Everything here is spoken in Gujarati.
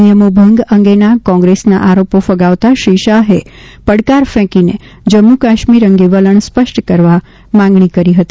નિયમો ભંગ અંગેના કોંગ્રેસના આરોપો ફગાવતા શ્રી શાહે પડકાર ફેંકીને જમ્મુકાશ્મીર અંગે વલણ સ્પષ્ટ કરવાની માગણી કરી હતી